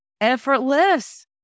effortless